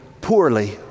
poorly